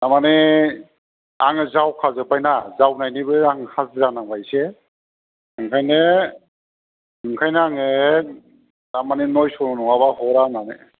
थारमानि आङो जावखा जोब्बाय ना जावनायनि बो आं हाजिरा नांबाय एसे ओंखायनो ओंखायनो आङो थारमानि नयस' नङाबा हरा होन्नानै